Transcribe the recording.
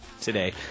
today